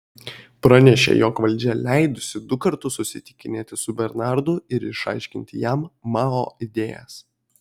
pranešė jog valdžia leidusi du kartus susitikinėti su bernardu ir išaiškinti jam mao idėjas